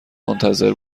منتظر